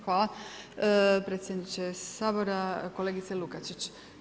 Hvala predsjedniče Sabora, kolegice Lukačić.